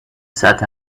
sat